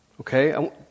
okay